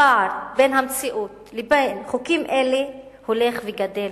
הפער בין המציאות ובין חוקים אלה הולך וגדל.